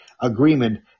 agreement